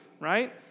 right